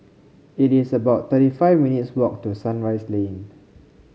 it is about thirty five minutes' walk to Sunrise Lane